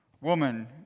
woman